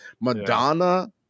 Madonna